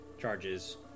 charges